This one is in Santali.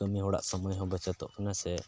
ᱠᱟᱹᱢᱤ ᱦᱚᱲᱟᱜ ᱥᱚᱢᱚᱭ ᱦᱚᱸ ᱵᱟᱪᱚᱛᱚᱜ ᱠᱟᱱᱟᱥᱮ